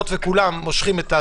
היות שכולם מושכים,